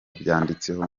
byanditseho